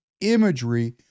imagery